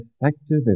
effective